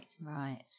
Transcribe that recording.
right